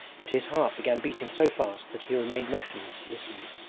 but his heart began beating so fast that he remained motionless, listening.